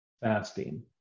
fasting